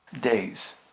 days